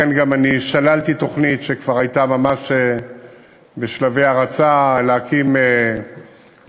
לכן אני גם שללתי תוכנית שכבר הייתה ממש בשלבי הרצה להקים מל"נים,